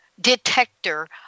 detector